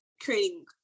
creating